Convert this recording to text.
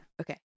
okay